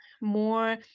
more